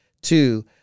two